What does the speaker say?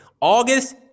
August